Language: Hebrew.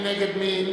מי נגד?